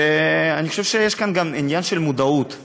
אני חושב שיש כאן גם עניין של מודעות,